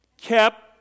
Kept